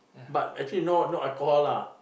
but actually no no alcohol lah